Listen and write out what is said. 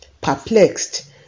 Perplexed